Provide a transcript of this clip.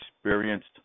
experienced